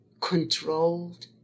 controlled